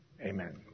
Amen